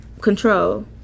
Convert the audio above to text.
Control